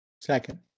Second